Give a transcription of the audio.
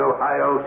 Ohio